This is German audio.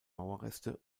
mauerreste